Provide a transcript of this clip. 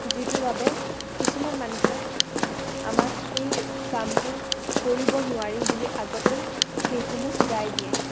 যিটোৰ বাবে কিছুমান মানুহে আমাক সেই কামটো কৰিব নোৱাৰিম বুলি আগতেই সেইসমূহ গাই দিয়ে